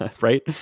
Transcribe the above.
right